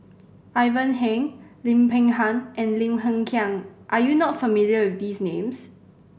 Ivan Heng Lim Peng Han and Lim Hng Kiang are you not familiar with these names